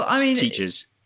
teachers